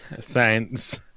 Science